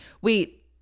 Wait